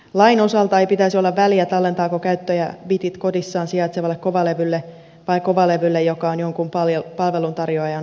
lain osalta ei pitäisi olla väliä tallentaako käyttäjä bitit kodissaan sijaitsevalle kovalevylle vai kovalevylle joka on jonkun palveluntarjoajan hallinnassa